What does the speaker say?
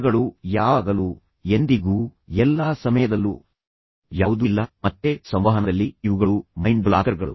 ಪದಗಳು ಯಾವಾಗಲೂ ಎಂದಿಗೂ ಎಲ್ಲಾ ಸಮಯದಲ್ಲೂ ಯಾವುದೂ ಇಲ್ಲ ಮತ್ತೆ ಸಂವಹನದಲ್ಲಿ ಇವುಗಳು ಮೈಂಡ್ ಬ್ಲಾಕರ್ಗಳು